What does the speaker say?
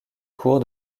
cours